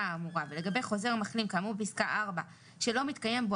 האמורה ולגבי חוזר מחלים כאמור בפסקה (ב)(4) שלא מתקיים בו